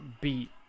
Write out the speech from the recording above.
beat